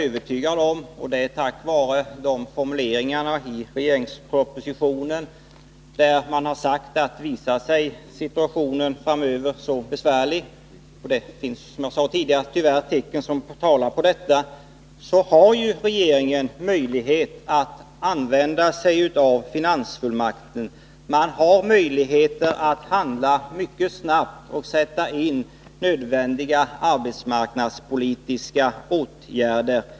I regeringspropositionen har man sagt att visar sig situationen framöver för besvärlig — och det finns som jag sade tidigare, tyvärr tecken som tyder på att detta kan bli fallet — har regeringen möjlighet att använda sig av finansfullmakten. Man har alltså möjligheter att handla mycket snabbt och sätta in nödvändiga arbetsmarknadspolitiska åtgärder.